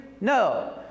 No